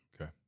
Okay